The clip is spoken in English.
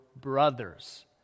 brothers